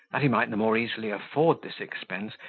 that he might the more easily afford this expense,